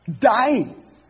Dying